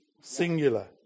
singular